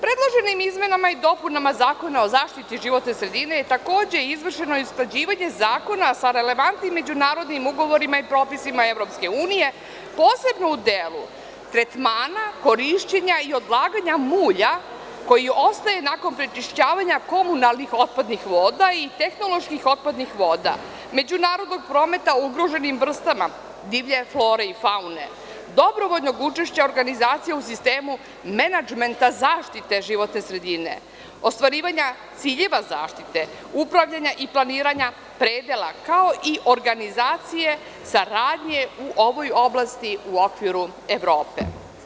Predloženim izmenama i dopunama Zakona o zaštiti životne sredine takođe je izvršeno usklađivanje zakona sa relevantnim međunarodnim ugovorima i propisima EU, posebno u delu tretmana korišćenja i odlaganja mulja koji ostaje nakon prečišćavanja komunalnih otpadnih voda i tehnoloških otpadnih voda, međunarodnog prometa o ugroženim vrstama divlje flore i faune, dobrovoljnog učešća u organizaciji i sistemu menadžmenta zaštite životne sredine, ostvarivanja ciljeva zaštite, upravljanja i planiranja predela, kao i organizacije, saradnje u ovoj oblasti u okviru Evrope.